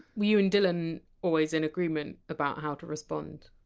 were you and dylan always in agreement about how to respond?